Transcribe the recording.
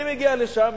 אני מגיע לשם,